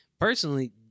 personally